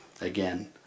Again